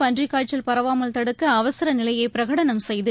பன்றிக்காய்ச்சல் பரவாமல் தடுக்க அவசர நிலையை பிரகடனம் செய்து